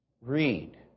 Read